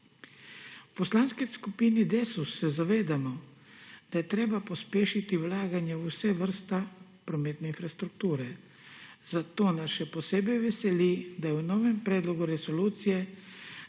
V Poslanski skupini Desus se zavedamo, da je treba pospešiti vlaganje v vse vrste prometne infrastrukture, zato nas še posebej veseli, da je v novem predlogu resolucije